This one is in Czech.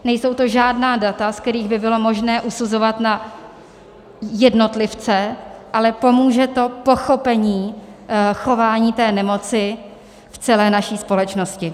Nejsou to žádná data, z kterých by bylo možné usuzovat na jednotlivce, ale pomůže to pochopení chování té nemoci v celé naší společnosti.